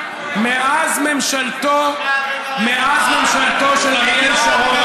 מאז ממשלתו של אריאל שרון,